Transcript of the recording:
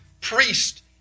priest